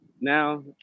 now